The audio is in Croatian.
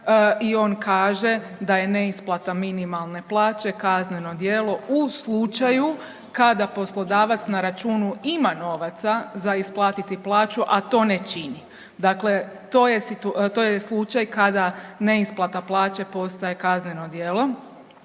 i on kaže da je neisplata minimalne plaće kazneno djelo u slučaju kada poslodavac na računu ima novaca za isplatiti plaću, a to ne čini. Dakle, to je slučaj kada neisplata plaće postaje kazneno djelo,